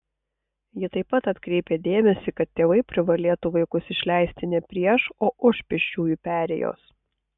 ji taip pat atkreipė dėmesį kad tėvai privalėtų vaikus išleisti ne prieš o už pėsčiųjų perėjos